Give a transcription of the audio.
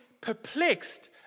perplexed